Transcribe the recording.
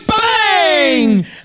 Bang